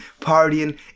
partying